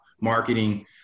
marketing